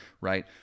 right